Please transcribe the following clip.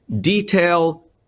detail